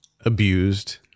abused